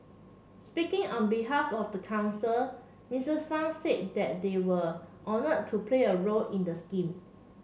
speaking on behalf of the council Misses Fang said that they were honour to play a role in the scheme